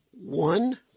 one